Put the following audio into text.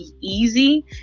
easy